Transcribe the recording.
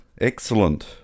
Excellent